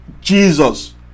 Jesus